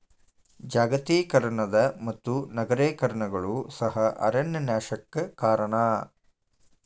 ಜಾಗತೇಕರಣದ ಮತ್ತು ನಗರೇಕರಣಗಳು ಸಹ ಅರಣ್ಯ ನಾಶಕ್ಕೆ ಕಾರಣ